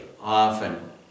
often